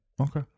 Okay